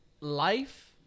Life